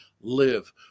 live